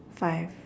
five